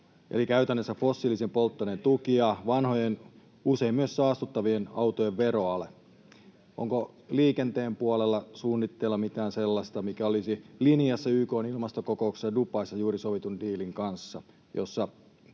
eli käytännössä fossiilisen polttoaineen tuki ja vanhojen, usein myös saastuttavien autojen veroale? Onko liikenteen puolella suunnitteilla mitään sellaista, mikä olisi linjassa YK:n ilmastokokouksessa Dubaissa juuri sovitun diilin kanssa? Siinä